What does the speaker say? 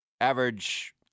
Average